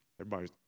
Everybody's